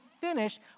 finish